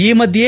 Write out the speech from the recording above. ಈ ಮಧ್ಯೆ